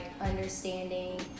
understanding